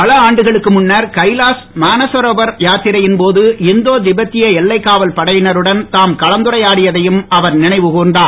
பல ஆண்டுகளுக்கு முன்னர் கைலாஷ் மானசரோவர் யாத்திரையின் போது இந்தோ திபெத்திய எல்லைக் காவல் படையினருடன் தாம் கலந்துரையாடியதையும்அவர் நினைவு கூர்ந்தார்